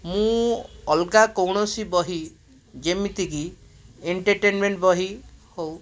ମୁଁ ଅଲଗା କୌଣସି ବହି ଯେମିତି କି ଏଣ୍ଟରଟେନମେଣ୍ଟ ବହି ହଉ